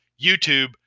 YouTube